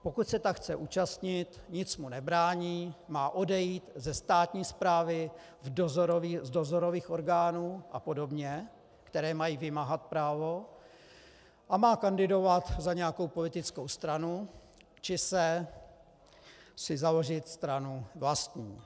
Pokud se tak chce účastnit, nic mu nebrání, má odejít ze státní správy, z dozorových orgánů apod., které mají vymáhat právo, a má kandidovat za nějakou politickou stranu či si založit stranu vlastní.